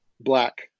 black